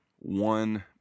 one